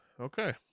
okay